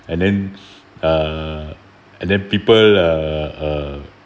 and then uh and then people uh